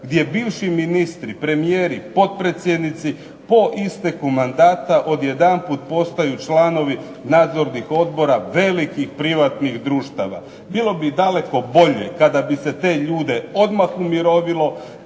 gdje bivši ministri, premijeri, potpredsjednici, po isteku mandata odjedanput postaju članovi nadzornih odbora velikih privatnih društava. Bilo bi daleko bolje kada bi se te ljude odmah umirovilo,